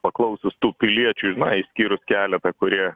paklausius tų piliečiui na išskyrus keletą kurie